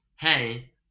Hey